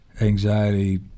anxiety